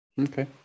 Okay